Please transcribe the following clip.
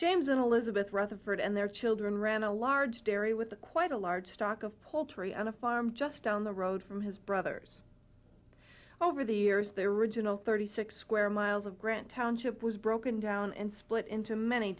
james and elizabeth rutherford and their children ran a large dairy with a quite a large stock of poultry on a farm just down the road from his brothers well over the years there original thirty six square miles of grant township was broken down and split into many